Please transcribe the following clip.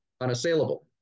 unassailable